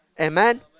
Amen